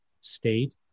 state